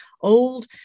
old